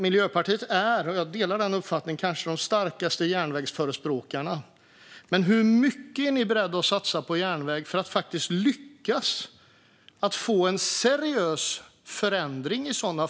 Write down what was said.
Miljöpartiet är kanske de starkare järnvägsförespråkarna. Men hur mycket är ni beredda att satsa på järnväg för att faktiskt lyckas få en seriös förändring av transporterna?